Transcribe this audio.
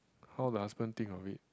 how the husband think of it